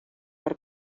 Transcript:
per